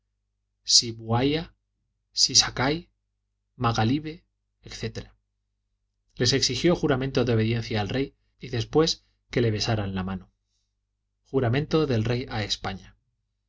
si se maga etc les exigió juramento de obediencia al rey y después que le besaran la mano juramento del rey a españa